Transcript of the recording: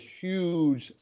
huge